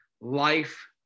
life